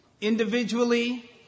Individually